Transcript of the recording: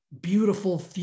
beautiful